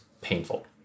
painful